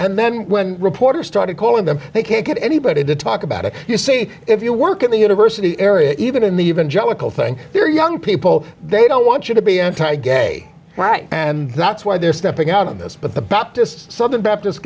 and then when reporters started calling them they can't get anybody to talk about it you see if you work at the university area even in the even joe cool thing they're young people they don't want you to be anti gay right and that's why they're stepping out of this but the baptist southern baptist